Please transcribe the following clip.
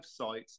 website